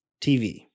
TV